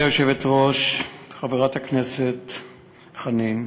גברתי היושבת-ראש, חברת הכנסת חנין,